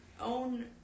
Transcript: own